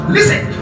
Listen